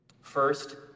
First